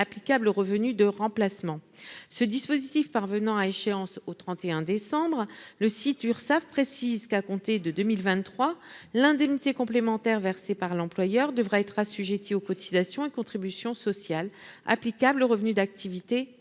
applicable aux revenus de remplacement. Ce dispositif parvenant à échéance au 31 décembre 2022, le site Urssaf précise qu'à compter de 2023 l'indemnité complémentaire versée par l'employeur devra être assujettie aux cotisations et contributions sociales applicables aux revenus d'activité dans